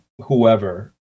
whoever